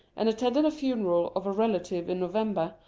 and attended a funeral of a relative in november,